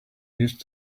used